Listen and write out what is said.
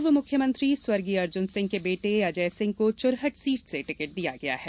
पूर्व मुख्यमंत्री अर्जुन सिंह के बेटे अजय सिंह को चुरहट सीट से टिकट दिया गया है